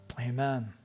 Amen